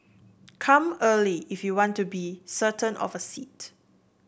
come early if you want to be certain of a seat